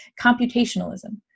Computationalism